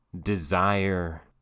desire